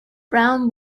brown